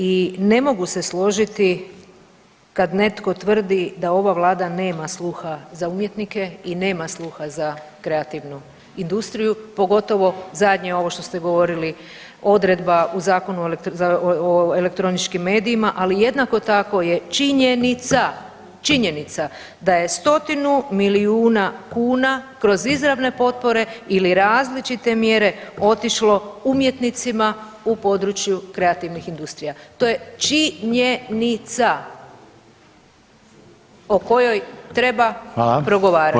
I ne mogu se složiti kad netko tvrdi da ova Vlada nema sluha za umjetnike i nema sluha za kreativnu industriju, pogotovo zadnje ovo što ste govorili odredba u Zakonu o elektroničkim medijima, ali jednako tako je činjenica, činjenica da je 100 milijuna kuna kroz izravne potpore ili različite mjere otišlo umjetnicima u području kreativnih industrija, to je činjenica o kojoj treba progovarati.